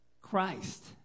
Christ